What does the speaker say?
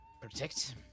protect